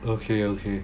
okay okay